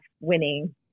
winning